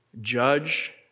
judge